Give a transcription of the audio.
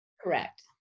correct